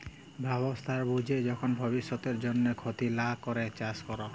বাসস্থাল বুঝে যখল ভব্যিষতের জন্হে ক্ষতি লা ক্যরে চাস ক্যরা